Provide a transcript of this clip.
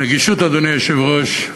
הנגישות, אדוני היושב-ראש,